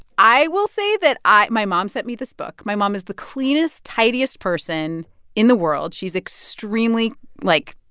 i will say that i my mom sent me this book. my mom is the cleanest, tidiest person in the world. she's extremely like,